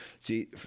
see